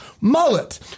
mullet